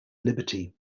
liberty